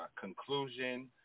conclusion